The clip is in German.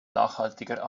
nachhaltiger